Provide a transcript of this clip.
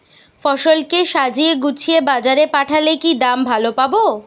ফসল কে সাজিয়ে গুছিয়ে বাজারে পাঠালে কি দাম ভালো পাব?